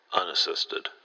Unassisted